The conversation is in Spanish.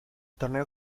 torneo